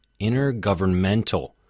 Intergovernmental